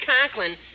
Conklin